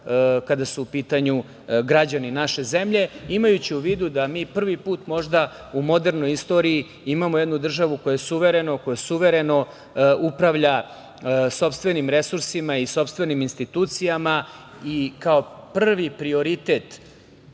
kada su u pitanju građani naše zemlje, imajući u vidu da mi prvo put možda u modernoj istoriji imamo jednu državu koja suvereno upravlja sopstvenim resursima i sopstvenim institucijama i kao prvi prioritet